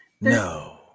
No